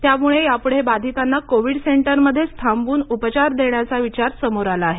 त्यामुळे यापुढे बाधितांना कोविड सेंटरमध्येच थांबवून उपचार देण्याचा विचार समोर आला आहे